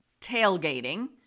tailgating